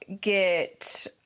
get